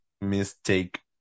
mistake